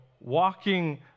walking